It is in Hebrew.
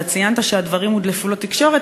ציינת שהדברים הודלפו לתקשורת,